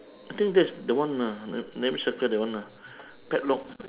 I think that's the one ah let me circle that one ah padlock